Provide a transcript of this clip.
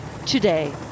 today